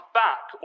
back